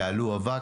יעלו אבק,